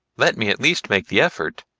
let me at least make the effort,